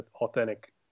authentic